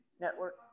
network